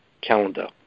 calendar